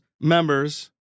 members